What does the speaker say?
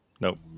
nope